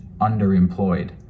underemployed